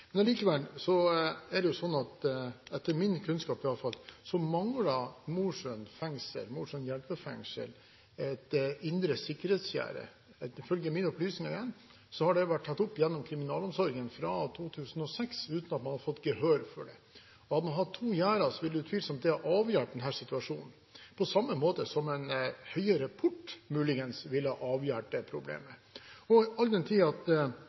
Men allikevel er det jo sånn – etter min kunnskap, iallfall – at Mosjøen hjelpefengsel mangler et indre sikkerhetsgjerde. Ifølge mine opplysninger har det vært tatt opp gjennom kriminalomsorgen fra 2006, uten at man har fått gehør for det. Hadde man hatt to gjerder, ville det utvilsomt ha avhjulpet denne situasjonen, på samme måte som en høyere port muligens ville avhjulpet problemet. All den tid